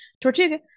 Tortuga